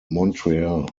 montreal